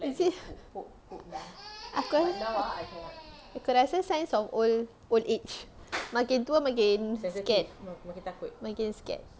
aku rasa signs of old old age makin tua makin scared makin scared